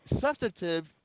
Substantive